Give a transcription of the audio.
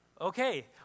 okay